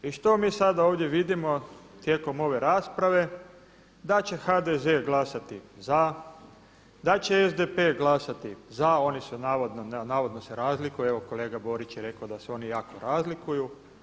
I što im sada ovdje vidimo tijekom ove rasprave, da će HDZ glasati za, da će SDP glasati za, oni su navodno, navodno se razlikuje, evo kolega Borić je rekao da se oni jako razlikuju.